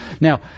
Now